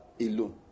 alone